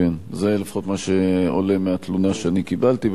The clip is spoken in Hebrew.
זה לפחות מה שעולה מהתלונה שקיבלתי,